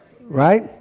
Right